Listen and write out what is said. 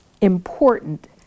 important